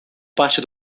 parte